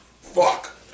Fuck